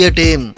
team